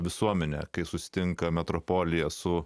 visuomenę kai susitinka metropolija su